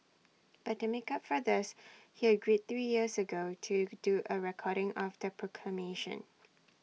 but to make up for this he agreed three years ago to do A recording of the proclamation